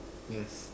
yes